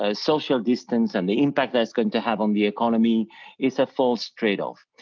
ah social distance and the impact that's going to have on the economy is a false trade-off.